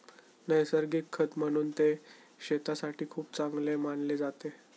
नैसर्गिक खत म्हणून ते शेतीसाठी खूप चांगले मानले जाते